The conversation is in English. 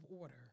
order